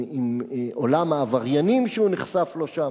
עם עולם העבריינים שהוא נחשף לו שם.